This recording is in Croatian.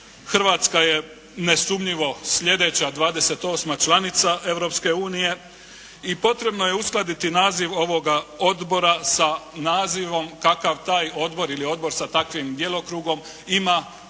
Hrvatska je nesumnjivo sljedeća 28 članica Europske unije i potrebno je uskladiti naziv ovoga odbora sa nazivom kakav taj odbor ili odbor sa takvim djelokrugom ima ne